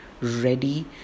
ready